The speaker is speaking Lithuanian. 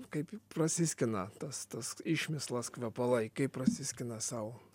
kaip prasiskina tas tas išmislas kvepalai kaip prasiskina sau